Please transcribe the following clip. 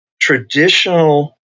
traditional